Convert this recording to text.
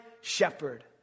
shepherd